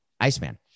Iceman